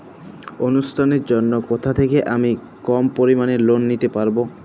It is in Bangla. অনুষ্ঠানের জন্য কোথা থেকে আমি কম পরিমাণের লোন নিতে পারব?